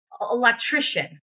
electrician